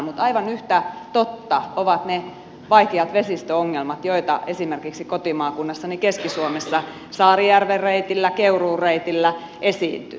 mutta aivan yhtä totta ovat ne vaikeat vesistöongelmat joita esimerkiksi kotimaakunnassani keski suomessa saarijärven reitillä keuruun reitillä esiintyy